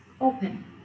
open